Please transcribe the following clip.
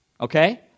Okay